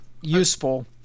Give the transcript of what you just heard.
useful